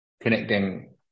connecting